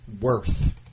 Worth